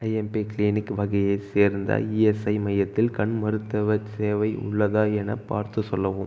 IMP clinic வகையைச் சேர்ந்த ESIC மையத்தில் கண் மருத்துவச் சேவை உள்ளதா எனப் பார்த்துச் சொல்லவும்